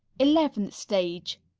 eleventh stage.